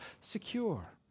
secure